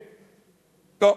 לא,